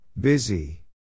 Busy